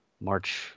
March